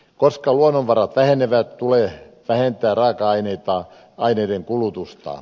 koska luonnonvarat vähenevät tulee vähentää raaka aineiden kulutusta